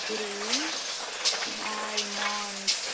green almonds